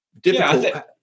difficult